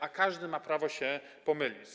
A każdy ma prawo się pomylić.